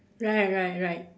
right right right